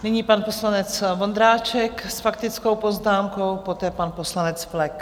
Nyní pan poslanec Vondráček s faktickou poznámkou, poté pan poslanec Flek.